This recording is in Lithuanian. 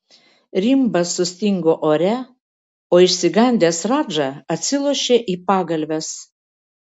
rimbas sustingo ore o išsigandęs radža atsilošė į pagalves